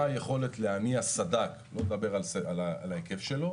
מה היכולת להניע סד"כ לא נדבר על ההיקף שלו